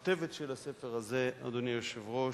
הכותבת של הספר הזה, אדוני היושב-ראש,